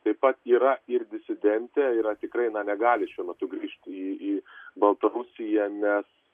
taip pat yra ir disidentė yra tikrai na negali šiuo metu grįžt į į baltarusiją nes